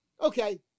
Okay